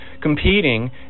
competing